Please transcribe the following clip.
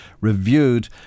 reviewed